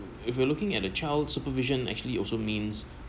if you looking at the child supervision actually also means